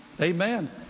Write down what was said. Amen